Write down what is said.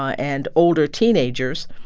ah and older teenagers,